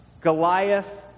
Goliath